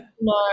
no